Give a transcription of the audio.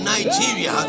Nigeria